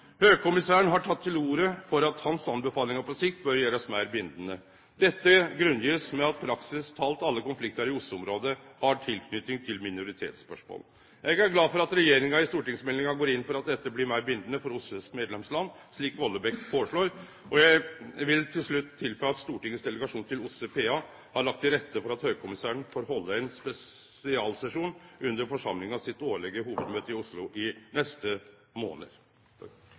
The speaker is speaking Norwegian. har teke til orde for at hans anbefalingar på sikt bør gjerast meir bindande. Dette blir grunngjeve med at praktisk talt alle konfliktar i OSSE-området har tilknyting til minoritetsspørsmål. Eg er glad for at regjeringa i stortingsmeldinga går inn for at dette blir meir bindande for OSSEs medlemsland, slik Vollebæk foreslår. Eg vil til slutt føye til at Stortingets delegasjon til OSSE PA har lagt til rette for at høgkommissæren får halde ein spesialsesjon under forsamlinga sitt årlege hovudmøte i Oslo i neste månad.